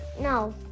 No